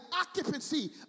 occupancy